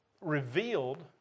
revealed